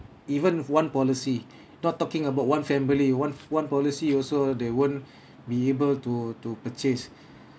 even one policy not talking about one family one one policy also they won't be able to to purchase